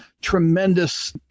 tremendous